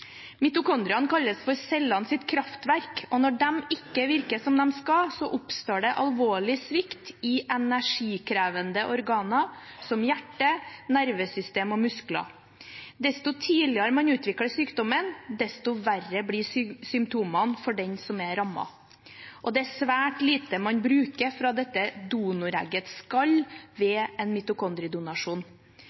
Mitokondriene kalles for cellenes kraftverk. Når de ikke virker som de skal, oppstår det alvorlig svikt i energikrevende organer som hjerte, nervesystem og muskler. Jo tidligere man utvikler sykdommen, desto verre blir symptomene for dem som er rammet. Det er svært lite man bruker fra dette donoreggets skall ved en